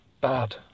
bad